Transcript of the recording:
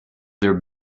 their